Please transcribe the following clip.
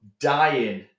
dying